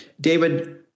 David